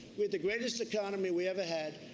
we had the greatest economy we ever had.